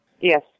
Yes